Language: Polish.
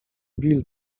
bill